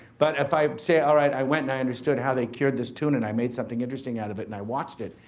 but if i say, all right, i went and i understood how they cured this tuna and i made something interesting out of it and i watched it.